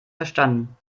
verstanden